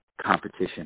competition